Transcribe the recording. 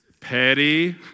petty